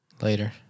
Later